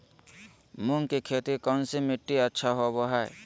मूंग की खेती कौन सी मिट्टी अच्छा होबो हाय?